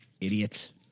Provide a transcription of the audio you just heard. Idiots